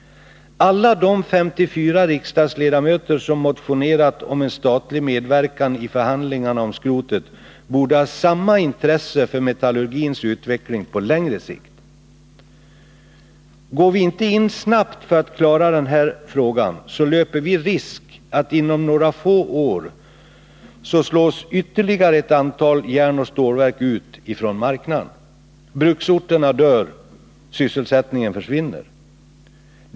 Alla de 54 riksdagsledamöter som motionerat om statlig medverkan i förhandlingarna om skrotet borde ha samma intresse för metallurgins utveckling på längre sikt. Går vi inte in snabbt för att klara den här frågan, så löper vi risk att inom några få år ytterligare ett antal järnoch stålverk slås ut från marknaden. Bruksorterna dör — sysselsättningen försvinner.